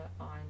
on